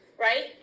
right